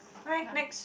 okay next